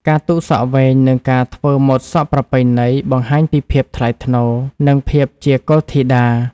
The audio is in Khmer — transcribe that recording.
ការទុកសក់វែង និងការធ្វើម៉ូតសក់ប្រពៃណី បង្ហាញពីភាពថ្លៃថ្នូរ និងភាពជាកុលធីតា។